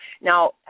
Now